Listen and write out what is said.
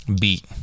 beat